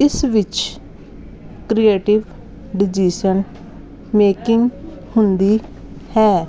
ਇਸ ਵਿੱਚ creative decision making ਹੁੰਦੀ ਹੈ